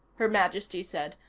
her majesty said.